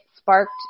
sparked